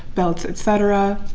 belts, etc.